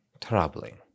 troubling